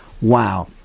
Wow